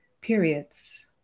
periods